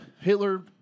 Hitler